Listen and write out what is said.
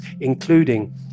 including